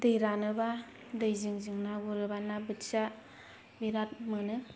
दै रानोबा दै जिं जिं ना बोनोबा ना बोथिया बिरात मोनो